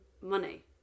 money